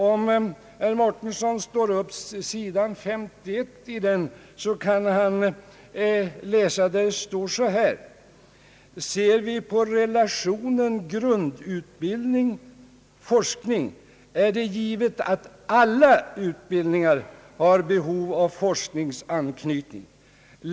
Om herr Mårtensson slår upp sidan 51 där kan han läsa följande: »Ser vi på relationen grundutbildning —Lforskning, är det givet att alla utbildningar har behov av forskningsanknytning i viss mening.